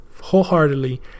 wholeheartedly